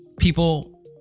people